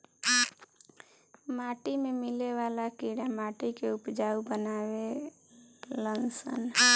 माटी में मिले वाला कीड़ा माटी के उपजाऊ बानावे लन सन